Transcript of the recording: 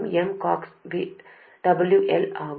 μ CoxwL ஆகும்